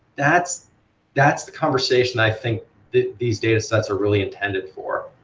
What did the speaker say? that's that's the conversation i think that these data sets are really intended for,